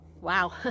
Wow